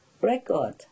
Record